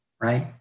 right